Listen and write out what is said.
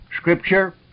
scripture